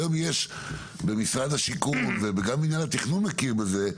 היום יש במשרד השיכון וגם מינהל התכנון מכיר בזה,